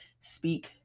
speak